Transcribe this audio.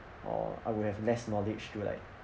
or I will have less knowledge to like